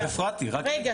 לא הפרעתי, רק רגע.